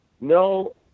no